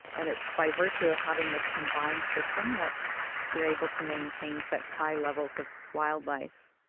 and it's by virtue of having this combined system that they're able to maintain such high levels of wildlife.